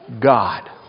God